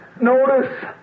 Notice